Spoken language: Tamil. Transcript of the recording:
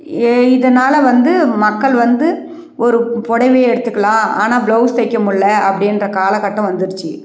ஏ இதனாலே வந்து மக்கள் வந்து ஒரு புடவைய எடுத்துக்கலாம் ஆனால் ப்ளவுஸ் தைக்க முடியல அப்படின்ற காலக்கட்டம் வந்துருச்சு